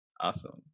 Awesome